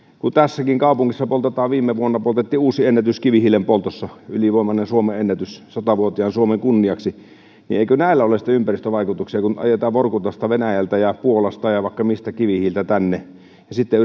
tässäkin kaupungissa viime vuonna poltettiin uusi ennätys kivihiilen poltossa ylivoimainen suomen ennätys sata vuotiaan suomen kunniaksi eikö näillä ole sitten ympäristövaikutuksia kun ajetaan vorkutasta venäjältä ja puolasta ja vaikka mistä kivihiiltä tänne ja sitten